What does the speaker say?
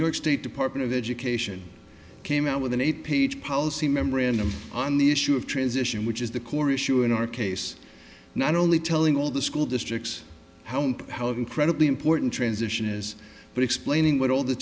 york state department of education came out with an eight page policy memorandum on the issue of transition which is the core issue in our case not only telling all the school districts how incredibly important transition is but explaining what all the